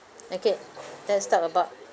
okay let's talk about